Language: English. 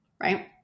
Right